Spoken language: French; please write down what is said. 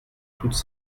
toutes